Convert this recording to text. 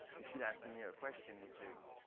you should ask me a question, which is,